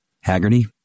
Haggerty